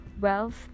wealth